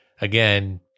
again